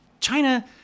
China